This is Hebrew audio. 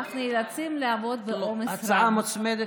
ואף נאלצים לעבוד בעומס רב.